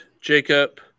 Jacob